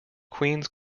queens